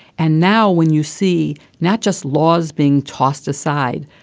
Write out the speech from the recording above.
and now when you see not just laws being tossed aside,